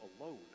alone